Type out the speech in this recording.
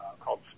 called